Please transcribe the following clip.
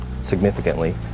significantly